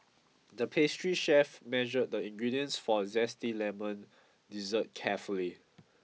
the pastry chef measured the ingredients for a zesty lemon dessert carefully